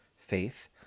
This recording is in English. faith